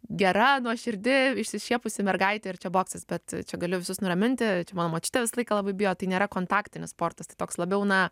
gera nuoširdi išsišiepusi mergaitė ir čia boksas bet čia galiu visus nuraminti mano močiutė visą laiką labai bijo tai nėra kontaktinis sportas tai toks labiau na